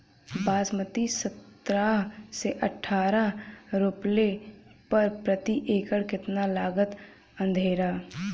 बासमती सत्रह से अठारह रोपले पर प्रति एकड़ कितना लागत अंधेरा?